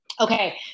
Okay